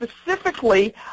specifically